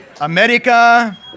America